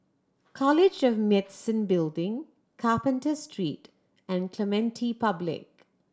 College of Medicine Building Carpenter Street and Clementi Public